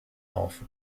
auf